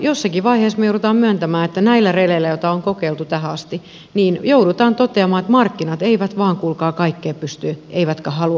jossakin vaiheessa me joudumme myöntämään että näillä releillä joita on kokeiltu tähän asti joudutaan toteamaan että markkinat eivät vain kuulkaa kaikkeen pysty eivätkä kaikkea halua hoitaa